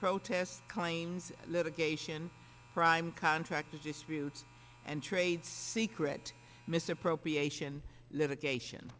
protest claims litigation prime contractor disputes and trade secret misappropriation litigation